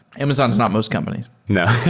amazon is not most companies no.